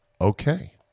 Okay